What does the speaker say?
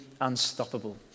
unstoppable